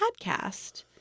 podcast